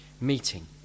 meeting